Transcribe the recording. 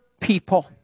people